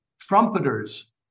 trumpeters